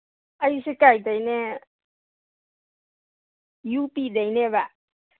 ꯑꯩꯁꯦ ꯀꯩꯗꯩꯅꯦ ꯌꯨ ꯄꯤꯗꯩꯅꯦꯕ